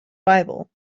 bible